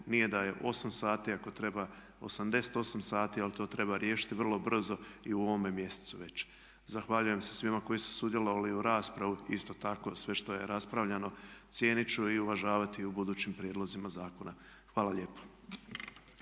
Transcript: treba 88 sati ali to treba riješiti vrlo brzo i u ovome mjesecu već. Zahvaljujem se svima koji su sudjelovali u raspravi, i isto tako sve što je raspravljano cijenit ću i uvažavati u budućim prijedlozima zakona. Hvala lijepo.